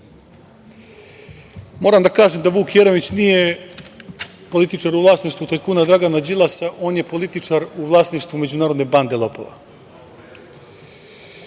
snaga. Moram da kažem da Vuk Jeremić nije političar u vlasništvu tajkuna Dragana Đilasa. On je političar u vlasništvu međunarodne bande lopova. Nije